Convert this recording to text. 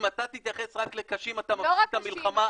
אם אתה תתייחס רק לקשים אתה מפסיד את המלחמה,